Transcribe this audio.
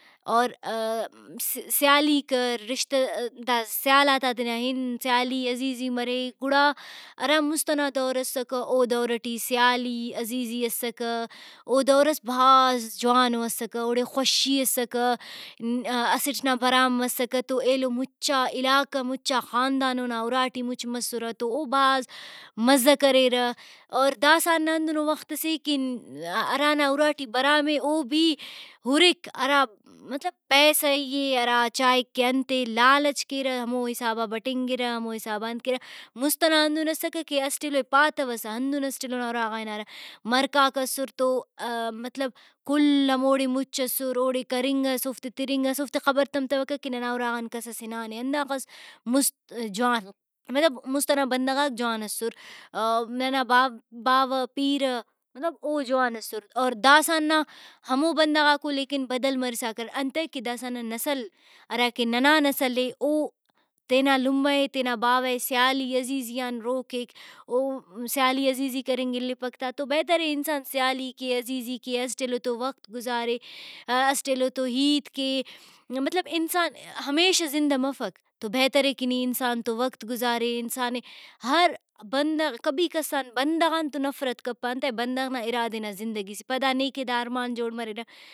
اور (VOICE)سیالی کر رشتہ تا سیالاتاتینا ہن سیالی عزیزی مرے گڑا ہرا مُست ئنا دور اسکہ او دور ٹی سیالی عزیزی اسکہ او دور ئس بھاز جوانو اسکہ اوڑے خوشی اسکہ (Voice)اسٹ نا برام مسکہ تو ایلو مُچا علاقہ مُچا خاندان اونا اُراٹی مُچ مسُرہ تو او بھاز مزہ کریرہ اور داسہ نا ہندنو وخت سے کہ ہرانا اُراٹی برام اے او بھی ہُرک ہرا مطلب پیسئی اے ہرا چائک کہ انتے لالچ کیرہ ہمو حسابا بٹنگرہ ہمو حسابا انت کیرہ مُست ئنا ہندن اسکہ کہ اسٹ ایلو ئے پاتوسہ ہندن اسٹ ایلو نا اُراغا ہنارہ مرکاک اسر تو مطلب کل ہموڑے مُچ اسر اوڑے کرنگ اس اوفتے تننگ اس اوفتے خبر تمتوکہ کہ ننا اُراغان کسس ہنانے ہنداخس مُست جوان مطلب مُست ئنا بندغاک جوان اسر (voice)ننا باوہ پیرہ مطلب او جوان اسر اور داسہ نا ہمو بندغاکو لیکن بدل مرسا کر انتئے کہ داسہ نا نسل ہراکہ ننا نسل اے او تینا لمہ ئے تینا باوہ ئے سیالی عزیزی آن روکھیک او سیالی عزیزی کرنگ الیپک تا تو بہترے انسان سیالی کے عزیزی کے اسٹ ایلو تو وقت گزارے (voice)اسٹ ایلو تو ہیت کے مطلب انسان ہمیشہ زندہ مفک تو بہترے کہ نی انسان تو وقت گزارے انسانے ہر بندغ کبھی کسان بندغان تو نفرت کپہ انتئے بندغ نا اِرا دے نا زندگی سے پدا نیکہ دا ارمان جوڑ مریرہ ۔